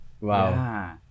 Wow